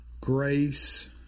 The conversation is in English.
grace